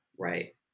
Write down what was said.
Right